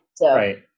Right